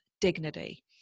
dignity